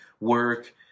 work